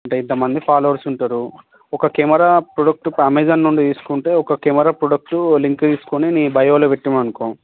అంటే ఇంతమంది ఫాలోవర్స్ ఉంటారు ఒక కెమెరా ప్రొడక్టు ఒక అమెజాన్ నుండి చూసుకుంటే ఒక కెమెరా ప్రొడక్టు లింక్ తీసుకొని మీ బయోలో పెట్టినావు అనుకో